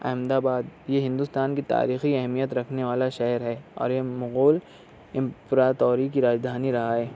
احمداباد یہ ہندوستان کی تاریخی اہمیت رکھنے والا شہر ہے اور یہ مغول امپراتوری کی راجدھانی رہا ہے